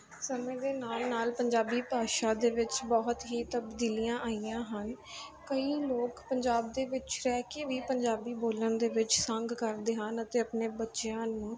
ਸਮੇਂ ਦੇ ਨਾਲ ਨਾਲ ਪੰਜਾਬੀ ਭਾਸ਼ਾ ਦੇ ਵਿੱਚ ਬਹੁਤ ਹੀ ਤਬਦੀਲੀਆਂ ਆਈਆਂ ਹਨ ਕਈ ਲੋਕ ਪੰਜਾਬ ਦੇ ਵਿੱਚ ਰਹਿ ਕੇ ਵੀ ਪੰਜਾਬੀ ਬੋਲਣ ਦੇ ਵਿੱਚ ਸੰਗ ਕਰਦੇ ਹਨ ਅਤੇ ਆਪਣੇ ਬੱਚਿਆਂ ਨੂੰ